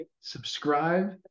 subscribe